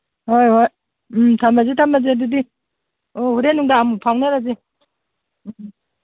ꯍꯣꯏ ꯍꯣꯏ ꯎꯝ ꯊꯝꯃꯁꯤ ꯊꯝꯃꯁꯤ ꯑꯗꯨꯗꯤ ꯑꯣ ꯍꯣꯔꯦꯟ ꯅꯨꯡꯗꯥꯡ ꯑꯃꯨꯛ ꯐꯥꯎꯅꯔꯁꯤ ꯎꯝ